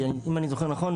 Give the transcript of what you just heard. אם אני זוכר נכון,